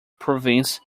province